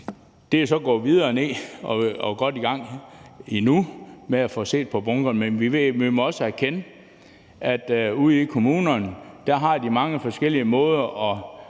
så gået videre ned i og godt i gang med at få set på bunkerne, men vi må også erkende, at de har mange forskellige måder